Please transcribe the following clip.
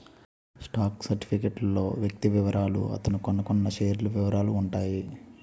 stock certificate లో వ్యక్తి వివరాలు అతను కొన్నకొన్న షేర్ల వివరాలు ఉంటాయి